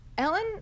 Ellen